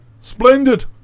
Splendid